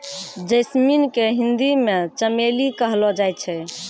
jasmine के हिंदी मे चमेली कहलो जाय छै